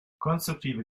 konstruktive